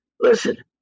listen